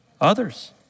Others